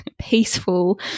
peaceful